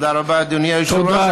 תודה רבה, אדוני היושב-ראש.